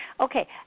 Okay